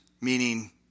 meaning